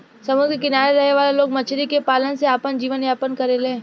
समुंद्र के किनारे रहे वाला लोग मछली के पालन से आपन जीवन यापन करेले